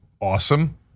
awesome